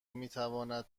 میتواند